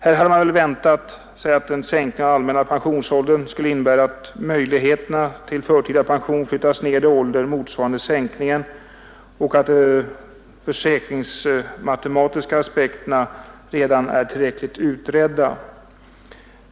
Här hade man väntat sig att en sänkning av den allmänna pensionsåldern skulle innebära att möjligheterna till förtida pension flyttas ned i ålder som motsvarar sänkningen och att de försäkringsmatematiska aspekterna redan är tillräckligt utredda.